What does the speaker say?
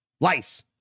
lice